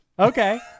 Okay